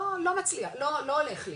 לא מצליח, לא הולך לי.